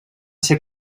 ser